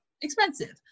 expensive